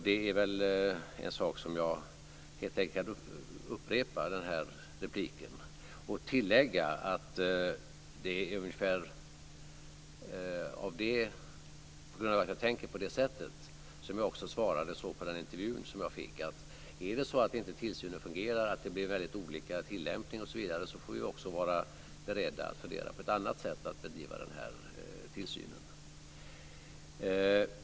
Det är en sak jag vill upprepa i detta inlägg, och jag vill tillägga att det är på grund av att jag tänker på så sätt som jag svarade så i intervjun. Om tillsynen inte fungerar, att det blir olika tillämpning, får vi vara beredda att fundera på ett annat sätt att bedriva tillsynen.